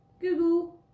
Google